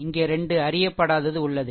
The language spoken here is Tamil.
இங்கே 2 அறியப்படாதது உள்ளது